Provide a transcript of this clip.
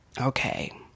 Okay